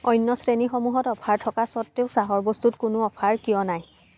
অন্য শ্ৰেণীসমূহত অফাৰ থকা স্বত্বেও চাহৰ বস্তুত কোনো অ'ফাৰ কিয় নাই